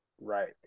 right